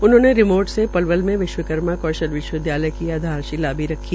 उन्होंने रिमोट से पलवल में विश्वकर्मा कौशल विश्वविद्यालय की आधारशिला भी रखी